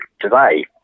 today